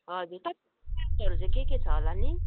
हजुर के के छ होला नि